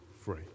free